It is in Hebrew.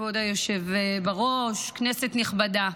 כבוד היושב בראש, כנסת נכבדה,